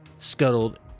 scuttled